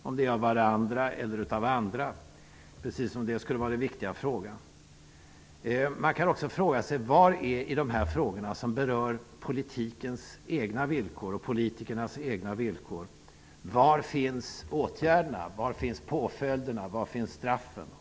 Är det av varandra eller av andra -- som om det skulle vara viktigt? Man kan fråga sig vad det är i detta som berör politikens och politikernas egna villkor. Var finns åtgärderna, påföljderna och straffen?